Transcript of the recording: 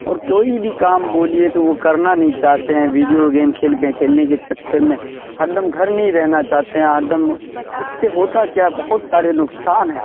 اور کوئی بھی کام بولیے تو وہ کرنا نہیں چاہتے ہیں ویڈیو گیمس کھیل کھیلنے کے چکر میں ہر دم گھر میں ہی رہنا چاہتے ہیں ہر دم اس سے ہوتا کیا ہے بہت سارے نقصان ہیں